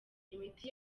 imiti